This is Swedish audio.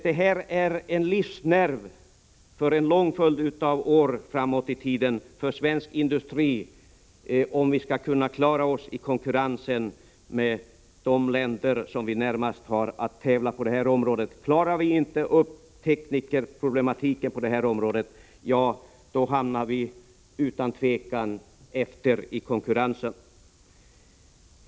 Det här är en livsnerv för svensk industri under en lång följd av år framöver, om vi skall kunna klara oss i konkurrensen med de länder som vi närmast har att tävla med på det här området. Löser vi inte teknikerproblematiken på området kommer vi utan tvivel efter i konkurrensen.